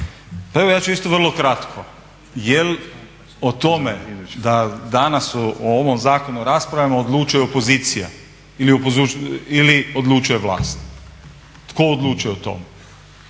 Pa evo ja ću isto vrlo kratko. Jel o tome da danas u ovom zakonu raspravljamo odlučuje opozicija ili odlučuje vlast? Tko odlučuje o tome?